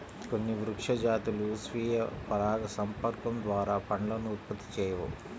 కొన్ని వృక్ష జాతులు స్వీయ పరాగసంపర్కం ద్వారా పండ్లను ఉత్పత్తి చేయవు